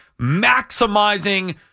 maximizing